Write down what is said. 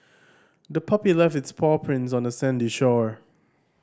the puppy left its paw prints on the sandy shore